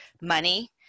money